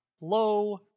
low